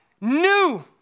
new